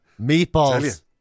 Meatballs